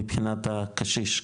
מבחינת הקשיש,